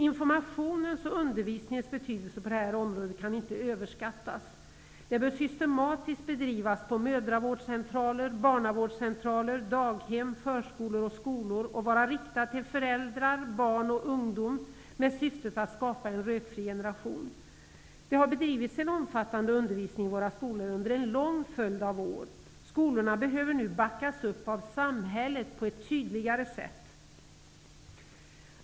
Informationens och undervisningens betydelse på det här området kan inte överskattas. Den bör systematiskt bedrivas på mödravårdscentraler, barnavårdscentraler, daghem, förskolor och skolor och vara riktad till föräldrar, barn och ungdom med syftet att skapa en rökfri generation. Det har bedrivits en omfattande undervisning i våra skolor under en lång följd av år. Skolorna behöver nu backas upp av samhället på ett tydligt sätt.